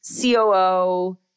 COO